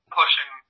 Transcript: pushing